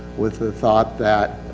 with the thought that,